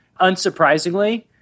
Unsurprisingly